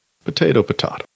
Potato-potato